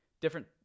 different